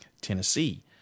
Tennessee